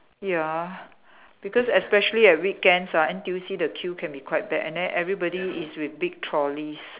ya because especially at weekends ah N_T_U_C the queue can be quite bad and then everybody is with big trolleys